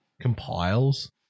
compiles